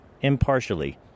impartially